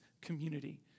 community